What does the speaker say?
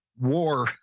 war